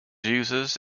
users